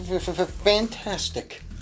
Fantastic